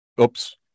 oops